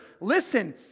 Listen